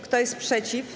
Kto jest przeciw?